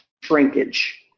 shrinkage